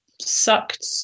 sucked